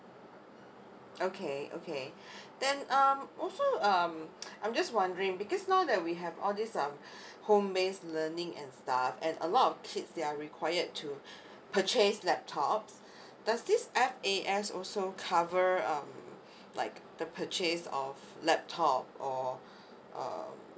okay okay then um also um I'm just wondering because now that we have all these um home based learning and stuff and a lot of kids they are required to purchase laptops does this F A S also cover um like the purchase of laptop or um